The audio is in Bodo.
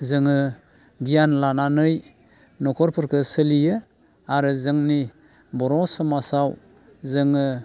जोङो गियान लानानै न'खरफोरखो सोलियो आरो जोंनि बर' समाजाव जोङो